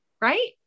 right